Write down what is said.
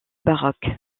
baroque